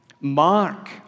mark